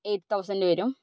eight thousand വരും